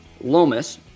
Lomas